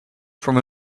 from